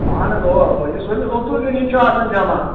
اَہن حظ اَوا اَوا یُس أمس عبدالغٔنۍ چھُ آسان جمع